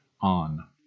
on